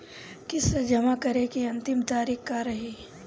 किस्त जमा करे के अंतिम तारीख का रही?